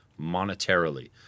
monetarily